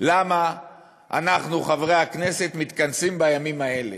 למה אנחנו, חברי הכנסת, מתכנסים בימים האלה.